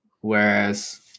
whereas